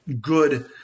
good